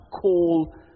call